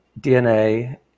DNA